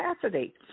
capacity